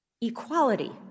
Equality